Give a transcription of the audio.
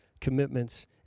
commitments